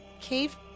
cave